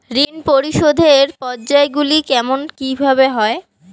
ঋণ পরিশোধের পর্যায়গুলি কেমন কিভাবে হয়?